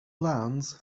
lands